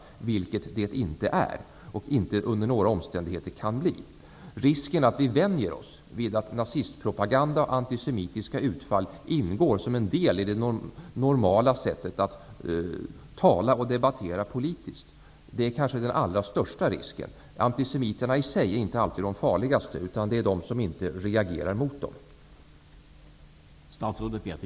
Men så är det inte, och så kan det inte under några omständigheter bli. Risken att vi vänjer oss vid att nazistpropaganda och antisemitiska utfall ingår som en del i det normala sättet att tala och debattera politiskt är kanske den allra största risken. Antisemiterna i sig är inte alltid de farligaste, utan farligast är de som inte reagerar mot antisemiterna.